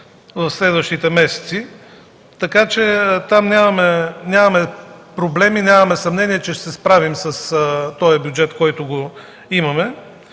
в следващите месеци”. Там нямаме проблеми. Нямаме съмнения, че ще се справим с този бюджет, който имаме.